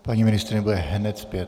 Paní ministryně bude hned zpět.